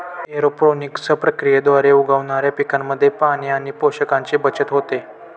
aeroponics प्रक्रियेद्वारे उगवणाऱ्या पिकांमध्ये पाणी आणि पोषकांची बचत होते